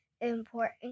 important